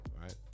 right